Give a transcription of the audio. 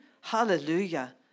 Hallelujah